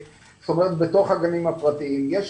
אנחנו